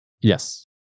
Yes